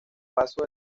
paso